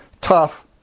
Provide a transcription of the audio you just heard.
tough